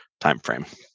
timeframe